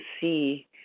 see